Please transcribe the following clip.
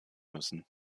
müssen